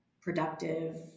productive